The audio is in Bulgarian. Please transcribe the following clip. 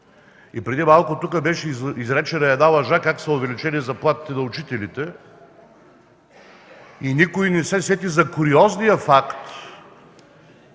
Преди малко тук беше изречена една лъжа – как са увеличени заплатите на учителите. Никой не се сети за куриозния факт,